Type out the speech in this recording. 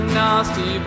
nasty